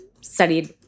studied